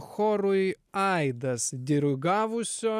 chorui aidas dirigavusio